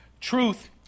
Truth